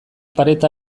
pareta